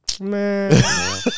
Man